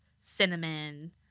cinnamon